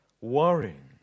worrying